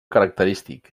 característic